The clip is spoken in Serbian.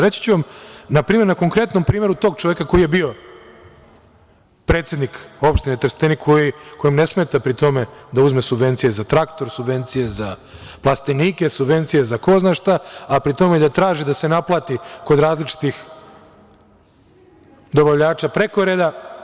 Reći ću vam, na primer na konkretnom primeru tog čoveka koji je bio predsednik opštine Trstenik, kojem pri tome ne smeta da uzme subvencije za traktor, subvencije za plastenike, subvencije za ko zna šta, a pri tome i da traži da se naplati kod različitih dobavljača preko reda.